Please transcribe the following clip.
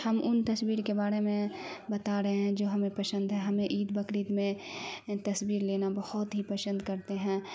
ہم ان تصویر کے بارے میں بتا رہے ہیں جو ہمیں پسند ہے ہمیں عید بقرید میں تصویر لینا بہت ہی پسند کرتے ہیں